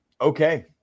Okay